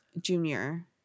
junior